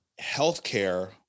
healthcare